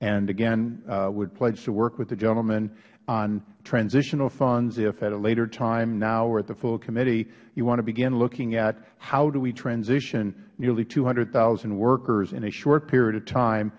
and again would pledge to work with the gentleman on transitional funds if at a later time nor or at the full committee you want to begin looking at how do we transition nearly two hundred thousand workers in a short period of time